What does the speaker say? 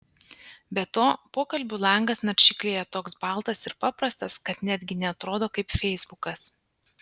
be to pokalbių langas naršyklėje toks baltas ir paprastas kad netgi neatrodo kaip feisbukas